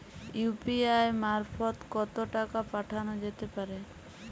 UPI মারফত কত টাকা পাঠানো যেতে পারে?